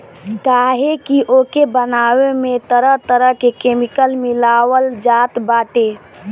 काहे की ओके बनावे में तरह तरह के केमिकल मिलावल जात बाटे